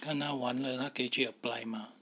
看他完了可以去 apply 吗